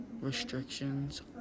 restrictions